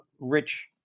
rich